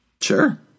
Sure